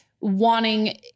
wanting